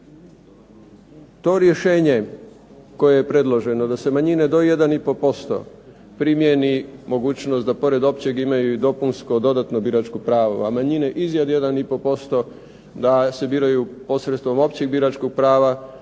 To rješenje koje je predloženo da se manjine do 1,5% primijeni mogućnost da pored općeg imaju i dopunsko, dodatno biračko pravo, a manjine iznad 1,5% da se biraju posredstvom općeg biračkog prava